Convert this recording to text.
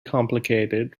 complicated